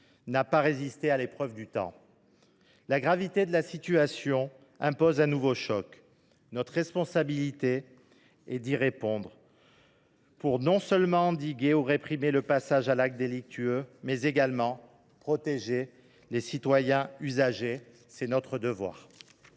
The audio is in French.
n’a pas résisté à l’épreuve du temps. La gravité de la situation impose un nouveau choc. Notre responsabilité est d’y répondre, non seulement pour endiguer ou réprimer le passage à l’acte délictueux, mais également pour protéger les citoyens usagers ; tel est notre devoir.